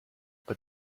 but